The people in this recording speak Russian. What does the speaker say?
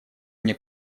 мне